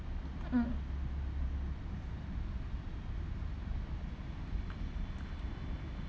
mm